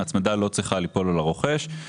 ההצמדה לא צריכה ליפול על הרוכש,